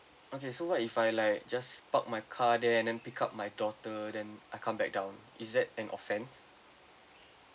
okay so if I like just park my car there and then pick up my daughter then I come back down is that an offence